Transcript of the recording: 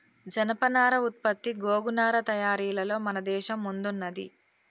జనపనార ఉత్పత్తి గోగు నారా తయారీలలో మన దేశం ముందున్నది